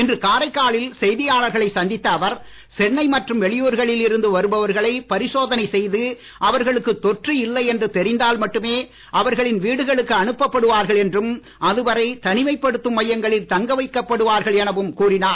இன்று காரைக்காலில் செய்தியாளர்களை சந்தித்த அவர் சென்னை மற்றும் வெளியூர்களில் இருந்து வருபவர்களை பரிசோதனை செய்து அவர்களுக்கு தொற்று இல்லை என்று தெரிந்தால் மட்டுமே அவர்களின் வீடுகளுக்கு அனுப்பப்படுவார்கள் என்றும் அதுவரை தனிமைப்படுத்தும் மையங்களில் தங்க வைக்கப்படுவார்கள் எனவும் கூறினார்